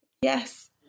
Yes